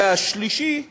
והשלישי,